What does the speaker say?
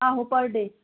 आहो पर डे